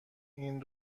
این